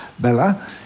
Bella